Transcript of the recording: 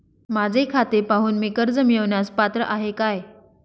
माझे खाते पाहून मी कर्ज मिळवण्यास पात्र आहे काय?